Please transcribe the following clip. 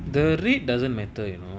the red doesn't matter you know